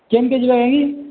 କେନ୍କେ ଯିବାକେ କି